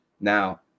Now